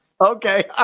Okay